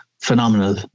phenomenal